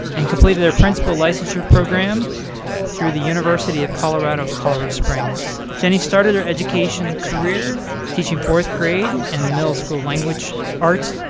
and completed her principal licensure program through the university of colorado at colorado springs. jenny started her education career teaching fourth grade and middle school language arts,